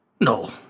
No